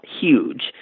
huge